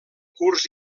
curs